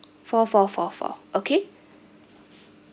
four four four four okay